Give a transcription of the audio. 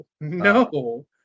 no